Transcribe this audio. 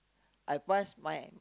I passed my